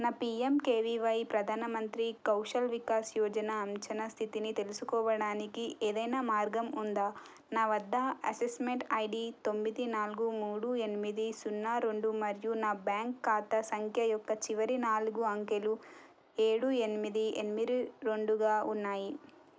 నా పీఎంకెవివై ప్రధాన మంత్రి కౌశల్ వికాస్ యోజన అంచనా స్థితిని తెలుసుకోవడానికి ఏదైనా మార్గం ఉందా నా వద్ద అసెస్మెంట్ ఐడీ తొమ్మిది నాలుగు మూడు ఎనిమిది సున్నా రెండు మరియు నా బ్యాంక్ ఖాతా సంఖ్య యొక్క చివరి నాలుగు అంకెలు ఏడు ఎనిమిది ఎన్మిరి రెండుగా ఉన్నాయి